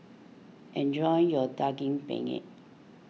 enjoy your Daging Penyet